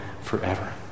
forever